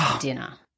dinner